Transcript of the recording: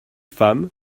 femme